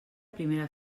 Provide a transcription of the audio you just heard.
primera